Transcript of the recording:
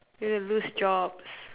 you lose jobs